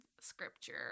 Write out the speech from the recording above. scripture